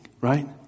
Right